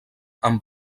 amb